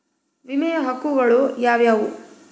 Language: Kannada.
ವಿಮೆಯ ಹಕ್ಕುಗಳು ಯಾವ್ಯಾವು?